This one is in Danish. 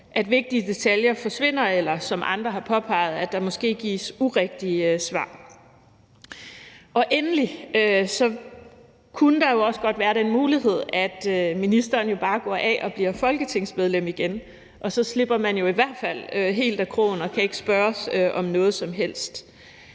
at vigtige detaljer forsvinder, eller, som andre har påpeget, at der måske gives urigtige svar. Endelig kunne der jo også godt være den mulighed, at en minister bare går af og bliver almindeligt folketingsmedlem igen, og så slipper man i hvert fald helt af krogen og kan ikke spørges om noget som helst.